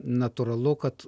natūralu kad